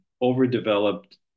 overdeveloped